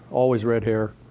always red hair.